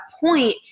point